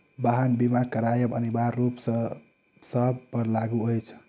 वाहन बीमा करायब अनिवार्य रूप सॅ सभ पर लागू अछि